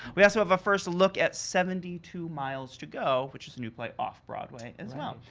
we also have a first look at seventy two miles to go which is a new by off broadway, as well.